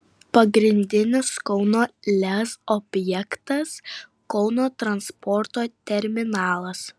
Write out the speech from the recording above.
pagrindinis kauno lez objektas kauno transporto terminalas